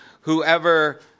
whoever